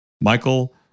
Michael